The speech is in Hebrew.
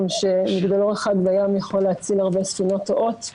שמגדלור אחד בים יכול להציל הרבה ספינות טועות.